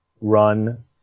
run